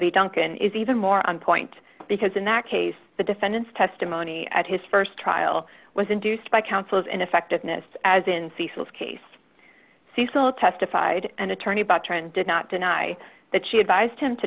be duncan is even more on point because in that case the defendant's testimony at his st trial was induced by counsel's ineffectiveness as in cecil's case cecil testified and attorney but trent did not deny that she advised him to